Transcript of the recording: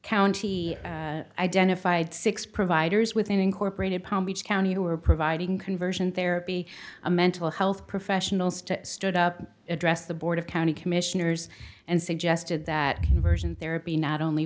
county identified six providers within incorporated palm beach county who were providing conversion therapy a mental health professionals to stood up addressed the board of county commissioners and suggested that conversion therapy not only